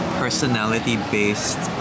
personality-based